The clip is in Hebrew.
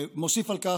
מוסיף על כך,